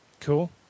Cool